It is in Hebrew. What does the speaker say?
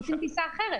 רוצים טיסה אחרת.